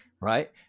right